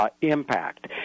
impact